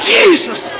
Jesus